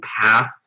path